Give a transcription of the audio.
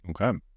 okay